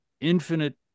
infinite